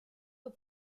aux